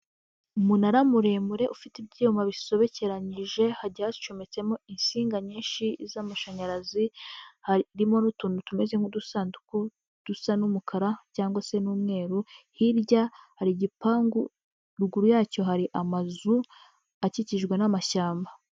Umunara muremure ufite ibyuma bisobekeranyije hajya hacometsemo insinga nyinshi z'amashanyarazi haririmo utuntu tumeze nk'udusanduku dusa n'umukara cyangwa se n'umweru hirya hari igipangu ruguru yacyo hari amazu akikijwe n'amashyamba